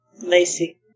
Lacey